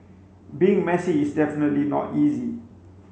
being messy is definitely not easy